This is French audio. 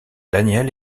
daniel